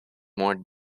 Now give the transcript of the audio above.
more